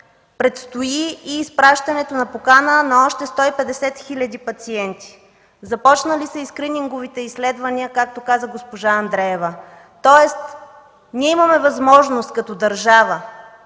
предстои и изпращането на покана на още 150 хил. пациенти. Започнали са и скрининговите изследвания, както каза госпожа Андреева. Тоест, ние имаме възможност като държава